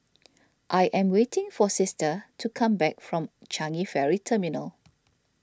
I am waiting for sister to come back from Changi Ferry Terminal